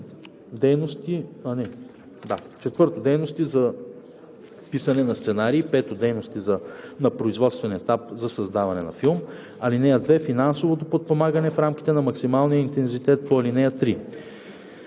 дейности за писане на сценарий; 5. дейности на предпроизводствен етап за създаване на филм. (2) Финансовото подпомагане в рамките на максималния интензитет по ал. 3: